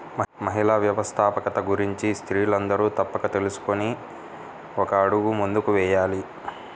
మహిళా వ్యవస్థాపకత గురించి స్త్రీలందరూ తప్పక తెలుసుకొని ఒక అడుగు ముందుకు వేయాలి